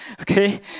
Okay